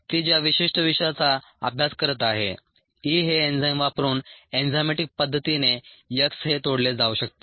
ती ज्या विशिष्ट विषाचा अभ्यास करत आहे E हे एन्झाइम वापरून एन्झाइमॅटिक पद्धतीने X हे तोडले जाऊ शकते